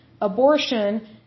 Abortion